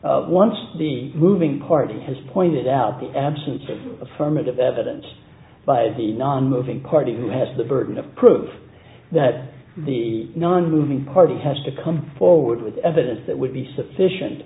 texas once the moving party has pointed out the absence of affirmative evidence by the nonmoving party who has the burden of proof that the nonmoving party has to come forward with evidence that would be sufficient